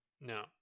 No